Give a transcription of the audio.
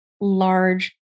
large